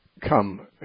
come